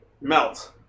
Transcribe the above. Melt